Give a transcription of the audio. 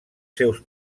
seus